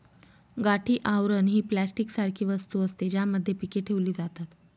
गाठी आवरण ही प्लास्टिक सारखी वस्तू असते, ज्यामध्ये पीके ठेवली जातात